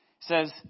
says